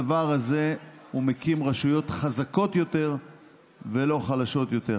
הדבר הזה מקים רשויות חזקות יותר ולא חלשות יותר.